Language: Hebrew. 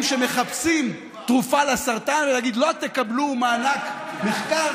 שמחפשים תרופה לסרטן ולהגיד: לא תקבלו מענק מחקר,